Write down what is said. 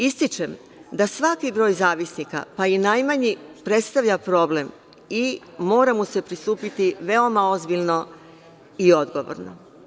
Ističem da svaki broj zavisnika, pa i najmanji, predstavlja problem i mora mu se pristupiti veoma ozbiljno i odgovorno.